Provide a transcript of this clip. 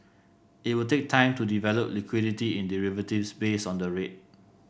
it will take time to develop liquidity in derivatives based on the rate